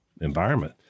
environment